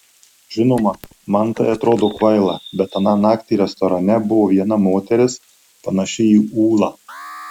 žinoma man tai atrodo kvaila bet aną naktį restorane buvo viena moteris panaši į ūlą